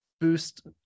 boost